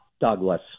Douglas